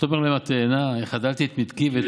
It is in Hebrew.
"ותאמר להם התאנה החדלתי את מתקי ואת